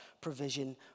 provision